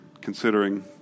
considering